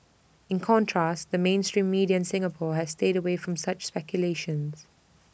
in contrast the mainstream media Singapore has stayed away from such speculation